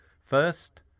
First